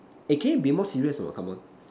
eh can you be more serious or not come on